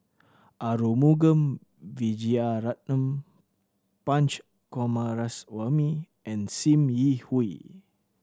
Arumugam Vijiaratnam Punch Coomaraswamy and Sim Yi Hui